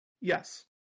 yes